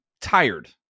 tired